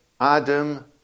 Adam